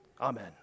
Amen